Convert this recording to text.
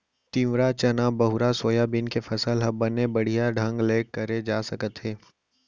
तिंवरा, चना, बहुरा, सोयाबीन के फसल ह बने बड़िहा ढंग ले करे जा सकत हे